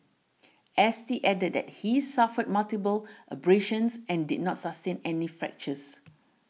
S T added that he suffered multiple abrasions and did not sustain any fractures